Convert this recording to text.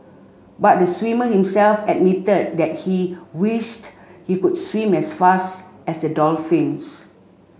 but the swimmer himself admitted that he wished he could swim as fast as the dolphins